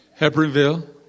Hebronville